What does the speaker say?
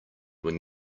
when